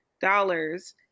dollars